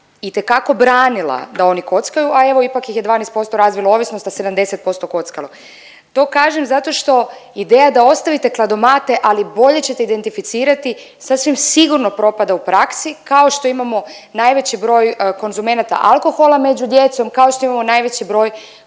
itekako branila da oni kockaju, a evo ipak ih je 12% razvilo ovisnost, a 70% kockalo. To kažem zato što ideja da ostavite kladomate, ali bolje ćete identificirati sasvim sigurno propada u praksi kao što imamo najveći broj konzumenata alkohola među djecom, kao što imamo najveći broj